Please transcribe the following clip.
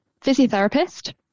physiotherapist